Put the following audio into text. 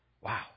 Wow